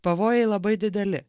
pavojai labai dideli